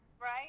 right